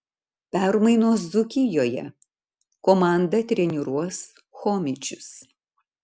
permainos dzūkijoje komandą treniruos chomičius